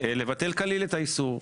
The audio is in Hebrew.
לבטל קליל את האיסור.